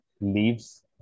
leaves